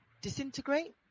disintegrate